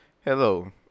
Hello